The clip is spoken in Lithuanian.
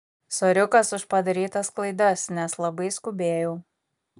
soriukas už padarytas klaidas nes labai skubėjau